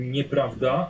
Nieprawda